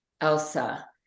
Elsa